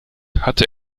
hatte